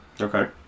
Okay